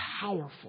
powerful